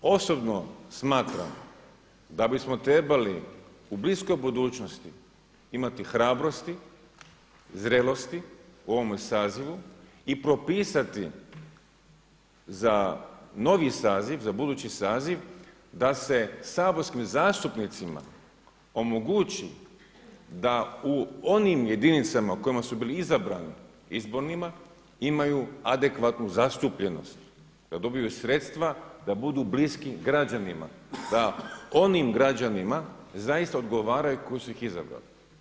Osobno smatram da bismo trebali u bliskoj budućnosti imati hrabrosti, zrelosti u ovome sazivu i propisati za novi saziv, za budući saziv da se saborskim zastupnicima omogući da u onim jedinicama u kojima su bili izabrani izbornima imaju adekvatnu zastupljenost, da dobiju sredstva, da budu bliski građanima da onim građanima zaista odgovaraju koji su iz izabrali.